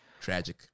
Tragic